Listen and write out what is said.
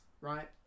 right